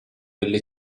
delle